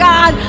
God